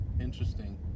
Interesting